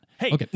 Hey